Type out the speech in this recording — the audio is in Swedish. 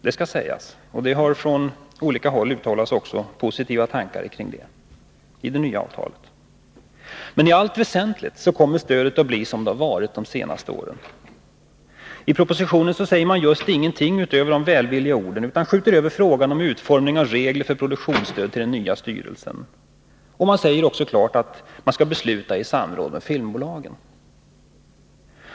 Det har från olika håll uttalats positiva tankar kring detta i det nya avtalet. Men i allt väsentligt kommer stödet att bli så som det har varit de senaste åren. I propositionen säger man just ingenting utöver de välvilliga orden, utan skjuter över frågan om utformning av regler för produktionsstöd till den nya styrelsen. Det sägs också klart ut att man skall besluta i samråd med filmbolagen.